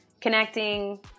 connecting